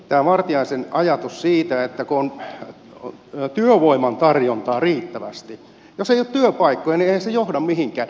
tämä vartiaisen ajatus siitä että on oltava työvoiman tarjontaa riittävästi jos ei ole työpaikkoja niin eihän se johda mihinkään